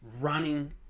running